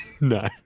No